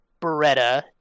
Beretta